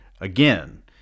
Again